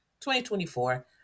2024